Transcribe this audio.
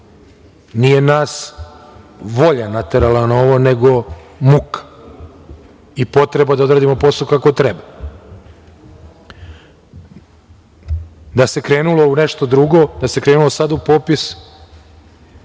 Nije nas volja naterala na ovo nego muka i potreba da odradimo posao kako treba. Da se krenulo u nešto drugo, da se krenulo sad u popis,